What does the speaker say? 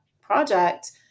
Project